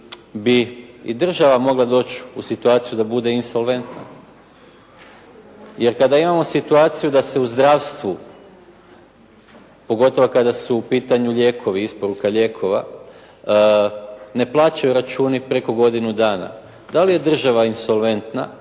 bi i država mogla doći u situaciju da bude insolventna. Jer kada imamo situaciju da se u zdravstvu pogotovo kada su u pitanju lijekovi, isporuka lijekova, ne plaćaju računi preko godinu dana, da li je država insolventna